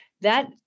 That-